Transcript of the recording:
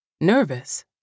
Nervous